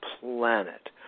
planet